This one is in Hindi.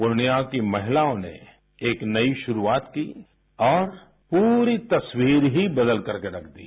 पूर्णिया की महिलाओं ने एक नई शुरूआत शुरू की और पूरी तस्वीर ही बदलकर रख दी